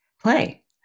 play